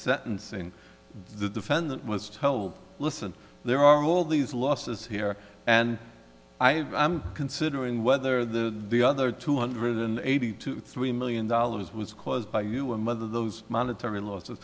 sentencing the defendant was told listen there are all these losses here and i am considering whether the the other two hundred and eighty to three million dollars was caused by you and mother those monetary l